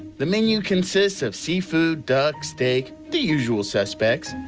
the menu consists of seafood, duck, steak. the usual suspects.